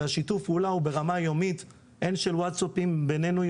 ושיתוף הפעולה הוא ברמה יומית הן של וואטסאפים בינינו,